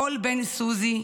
קול בן סוזי,